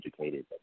educated